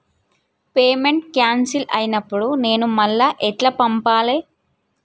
Payment cancel అయినపుడు నేను మళ్ళా ఎట్ల పంపాలే?